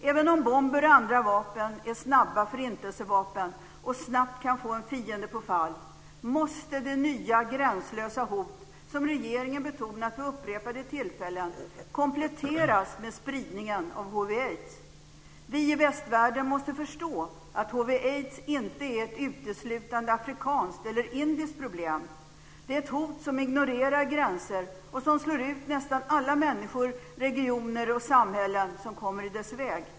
Även om bomber och andra vapen är snabba förintelsevapen och snabbt kan få en fiende på fall, måste de nya gränslösa hot som regeringen betonat vid upprepade tillfällen kompletteras med spridningen av hiv aids inte är ett uteslutande afrikanskt eller indiskt problem. Det är ett hot som ignorerar gränser och som slår ut nästan alla människor, regioner och samhällen som kommer i dess väg.